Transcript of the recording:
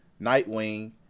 Nightwing